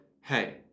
Hey